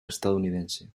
estadounidense